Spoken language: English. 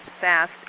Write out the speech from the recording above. fast